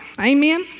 Amen